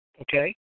okay